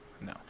No